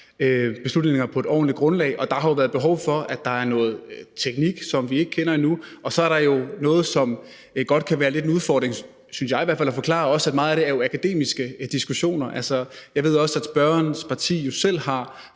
beslutningerne på et ordentligt grundlag, og der har jo været behov for at se på noget teknik, som vi ikke kender endnu. Og så er der jo noget, som godt kan være lidt en udfordring at forklare – synes jeg i hvert fald – da meget af det også er akademiske diskussioner. Jeg ved også, at spørgerens parti bl.a. har